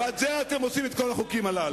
בעד זה אתם עושים את כל החוקים הללו.